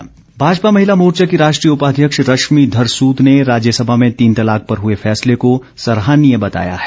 महिला मोर्चा भाजपा महिला मोर्चा की राष्ट्रीय उपाध्यक्ष रशिम धर सूद ने राज्यसभा में तीन तलाक पर हुए फैसले को सराहनीय बताया है